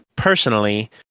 Personally